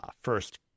first